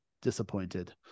disappointed